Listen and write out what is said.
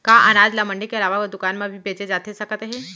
का अनाज ल मंडी के अलावा दुकान म भी बेचे जाथे सकत हे?